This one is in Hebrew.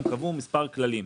הם קבעו מספר כללים.